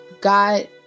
God